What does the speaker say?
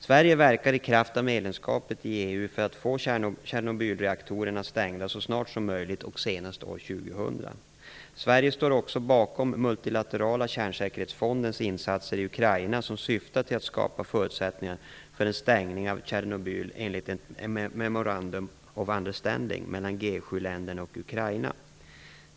Sverige verkar i kraft av medlemskapet i EU för att få Tjernobylreaktorerna stängda så snart som möjligt och senast år 2000. Sverige står också bakom EBRD) insatser i Ukraina som syftar till att skapa förutsättningar för en stängning av Tjernobyl enligt ett länderna och Ukraina.